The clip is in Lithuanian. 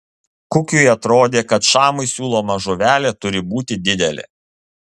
kukiui atrodė kad šamui siūloma žuvelė turi būti didelė